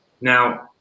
Now